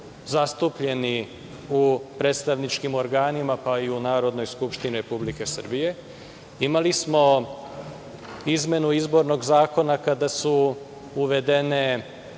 zastupljeni u predstavničkim organima, pa i u Narodnoj skupštini Republike Srbije. Imali smo izmenu izbornog zakona kada su uvedene